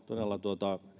todella